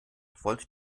wollte